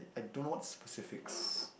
I don't know what specifics